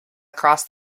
across